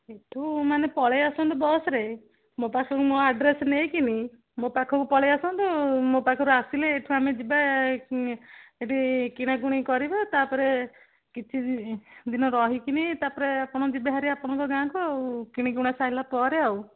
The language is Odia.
ଏଠୁ ମାନେ ପଳେଇ ଆସନ୍ତୁ ବସ୍ରେ ମୋ ପାଖକୁ ମୋ ଆଡ୍ରେସ୍ ନେଇକିନି ମୋ ପାଖକୁ ପଳେଇ ଆସନ୍ତୁ ମୋ ପାଖରୁ ଆସିଲେ ଏଇଠୁ ଆମେ ଯିବା ଏଠି କିଣାକୁୁଣି କରିବା ତା'ପରେ କିଛି ଦିନ ରହିକିନି ତା'ପରେ ଆପଣ ଯିବେ ହେରି ଆପଣଙ୍କ ଗାଁକୁ ଆଉ କିଣିିକୁଣା ସାରିଲା ପରେ ଆଉ